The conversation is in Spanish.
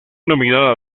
nominada